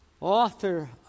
Author